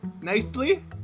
nicely